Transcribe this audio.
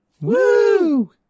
Woo